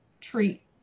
treat